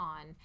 on